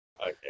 Okay